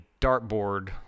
dartboard